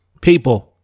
People